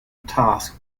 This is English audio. task